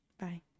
Bye